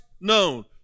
known